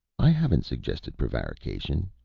i haven't suggested prevarication,